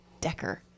Decker